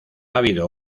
habido